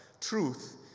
truth